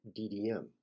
DDM